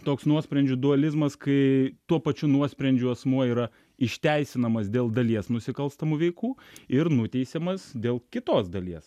toks nuosprendžių dualizmas kai tuo pačiu nuosprendžiu asmuo yra išteisinamas dėl dalies nusikalstamų veikų ir nuteisiamas dėl kitos dalies